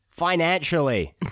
financially